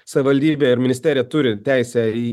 savivaldybė ir ministerija turi teisę į